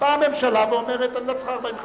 באה הממשלה ואומרת: אני לא צריכה 45 יום.